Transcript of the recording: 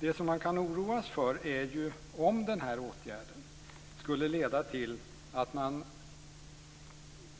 Det som vi kan oroas över är om den här åtgärden skulle leda till att man